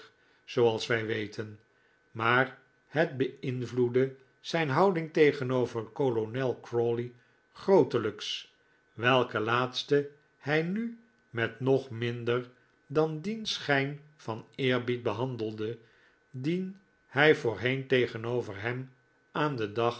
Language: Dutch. zooals wij weten maar het bei'nvloedde zijn houding tegenover kolonel crawley grootelijks welken laatste hij nu met nog minder dan dien schijn van eerbied behandelde dien hij voorheen tegenover hem aan den dag